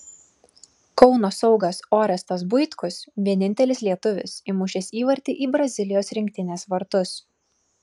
kauno saugas orestas buitkus vienintelis lietuvis įmušęs įvartį į brazilijos rinktinės vartus